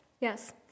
Yes